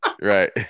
right